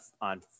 on